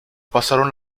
pasaron